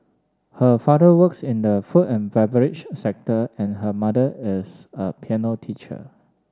her father works in the food and beverage sector and her mother is a piano teacher